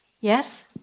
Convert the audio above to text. Yes